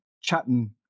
chatting